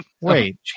Wait